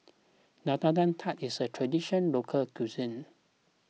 Nutella Tart is a Traditional Local Cuisine